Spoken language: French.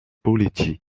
poletti